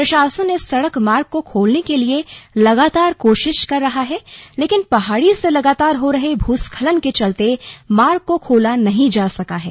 प्रशासन इस सड़क मार्ग को खोलने के लिए लगातार कोशिश कर रहा है लेकिन पहाड़ी से लगातार हो रहे भूस्खलन के चलते मार्ग को खोला नहीं जा सका है